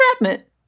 entrapment